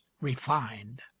refined